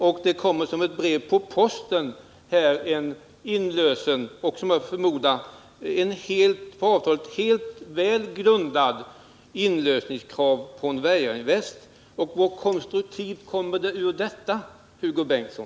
Och förmodligen skulle, som ett brev på posten, komma ett välgrundat inlösenkrav från Brygginvest. Och vad kommer det för konstruktivt ur detta, Hugo Bengtsson?